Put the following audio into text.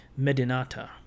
Medinata